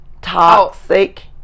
toxic